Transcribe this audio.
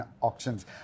auctions